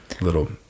Little